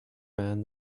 man